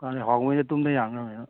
ꯍꯥꯎꯈꯩꯅ ꯇꯨꯝꯅ ꯌꯥꯟꯂꯕꯅꯤꯅ